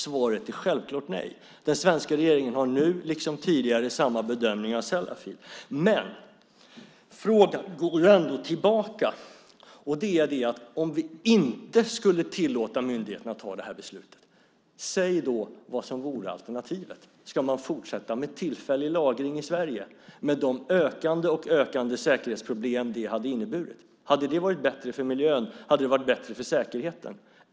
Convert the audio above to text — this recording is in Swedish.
Svaret är självklart nej. Den svenska regeringen har nu, liksom tidigare, samma bedömning av Sellafield. Men frågan går ändå tillbaka. Säg vad alternativet skulle vara om vi inte skulle tillåta myndigheterna att ta det här beslutet! Skulle man fortsätta med tillfällig lagring i Sverige med de ökande säkerhetsproblem som det hade inneburit? Hade det varit bättre för miljön? Hade det varit bättre för säkerheten?